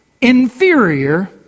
inferior